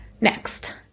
Next